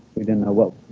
we didn't know what